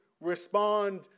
respond